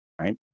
right